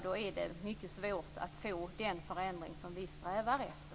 Då är det mycket svårt att få den förändring som vi strävar efter.